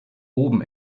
oben